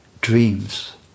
dreams